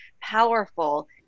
powerful